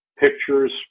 pictures